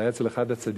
שהיה אצל אחד הצדיקים,